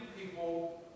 people